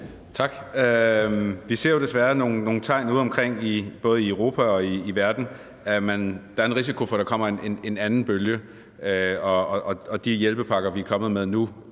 Tak. Vi ser jo desværre nogle tegn udeomkring i både Europa og verden på, at der er en risiko for, at der kommer en anden bølge, og at de hjælpepakker, vi er kommet med nu,